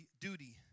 duty